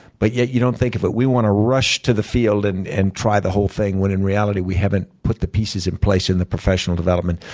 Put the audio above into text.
but yet, you don't think of it. we want to rush to the field and and try the whole thing, when in reality, we haven't put the pieces in place in the professional development.